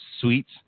suites